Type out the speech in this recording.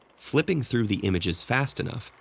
flipping through the images fast enough,